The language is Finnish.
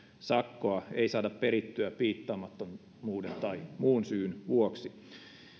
sakkoa ei saada perittyä piittaamattomuuden tai muun syyn vuoksi